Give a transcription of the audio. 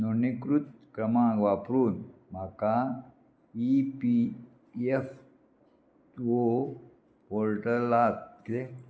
नोंदणीकृत क्रमांक वापरून म्हाका ई पी एफ ओ पोर्टलाचेर